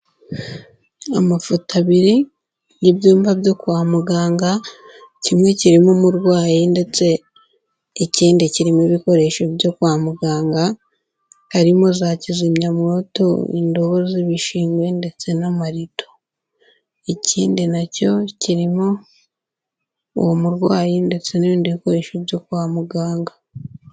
Amafoto abiri n'ibyumba byo kwa muganga, kimwe kirimo umurwayi ndetse ikindi kirimo ibikoresho byo kwa muganga, harimo za kizimyamwoto, indobo z'ibishingwe ndetse n'amarido. Ikindi na cyo kirimo uwo murwayi ndetse n'ibindi bikoresho byo kwa muganga.